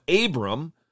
Abram